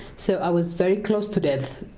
so i was very close to death.